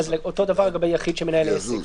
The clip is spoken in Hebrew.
אז אותו דבר לגבי יחיד שמנהל עסק.